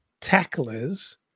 tacklers